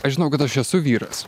aš žinau kad aš esu vyras